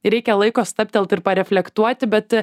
reikia laiko stabtelt ir reflektuoti bet